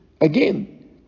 Again